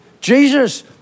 Jesus